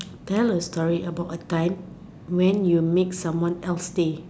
tell a story about a time where you make someone else day